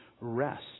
rest